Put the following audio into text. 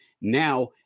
Now